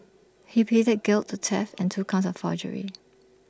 he pleaded guilty to theft and two counts of forgery